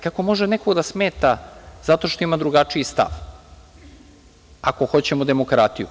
Kako može neko da smeta zato što ima drugačiji stav, ako hoćemo demokratiju?